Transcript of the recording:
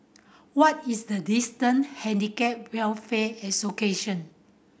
what is the distant Handicap Welfare Association